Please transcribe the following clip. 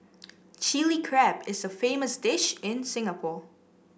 Chilli Crab is a famous dish in Singapore